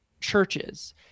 churches